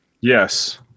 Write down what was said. yes